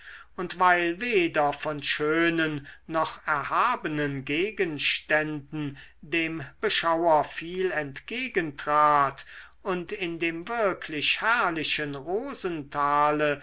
und weil weder von schönen noch erhabenen gegenständen dem beschauer viel entgegentrat und in dem wirklich herrlichen rosentale